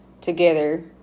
together